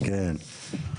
כן.